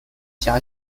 辖下